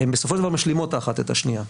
הם בסופו של דבר משלימות אחת את השנייה.